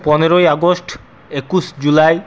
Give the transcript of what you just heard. পনেরোই আগস্ট একুশ জুলাই